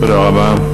תודה רבה.